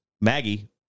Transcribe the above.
Maggie